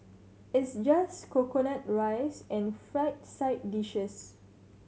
it's just coconut rice and fried side dishes